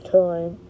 time